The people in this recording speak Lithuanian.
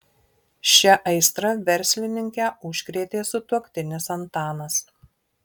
šia aistra verslininkę užkrėtė sutuoktinis antanas